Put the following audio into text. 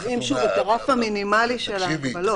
קובעים את הרף המינימלי של ההגבלות,